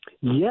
Yes